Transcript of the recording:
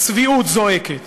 "צביעות זועקת".